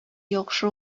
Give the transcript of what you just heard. яхшы